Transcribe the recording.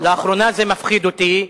לאחרונה זה מפחיד אותי,